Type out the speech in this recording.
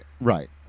Right